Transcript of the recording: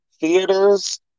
theaters